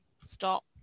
Stop